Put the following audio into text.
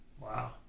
Wow